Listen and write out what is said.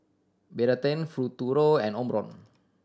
Betadine Futuro and Omron